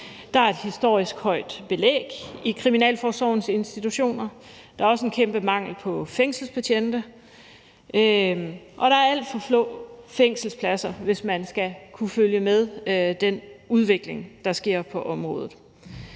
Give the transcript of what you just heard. Der er et historisk højt belæg i kriminalforsorgens institutioner. Der er også en kæmpe mangel på fængselsbetjente, og der er alt for få fængselspladser, hvis man skal kunne følge med den udvikling, der sker på området.